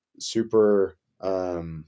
super